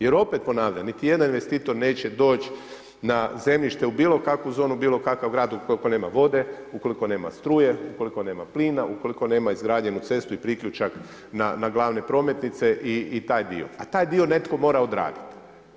Jer opet ponavljam niti jedan investitor neće doći na zemljište u bilo kakvu zonu, bilo kakav grad ukoliko nema vode, ukoliko nema struje, ukoliko nema plina, ukoliko nema izgrađenu cestu i priključak na glavne prometnice i taj dio, a taj dio netko mora odraditi.